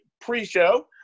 pre-show